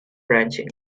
branching